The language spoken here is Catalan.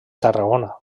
tarragona